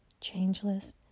changeless